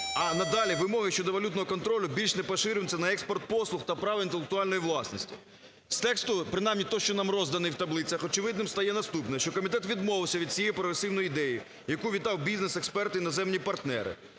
а надалі вимоги щодо валютного контролю більш не поширюються на експорт послуг та прав інтелектуальної власності. З тексту принаймні той, що нам розданий в таблицях очевидним стає наступне, що комітет відмовився від цієї прогресивної ідеї, яку вітав бізнес, експерти, іноземні партнери.